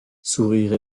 sourire